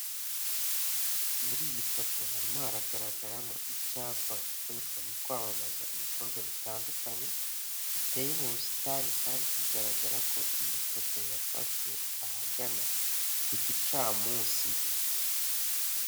Muri iyi foto harimo haragaragaramo icyapa gikoreshwa mu kwamamaza ibikorwa bitandukanye, giteye mu busitani kandi bigaragara ko iyi foto yafashwe ahagana ku gicamunsi.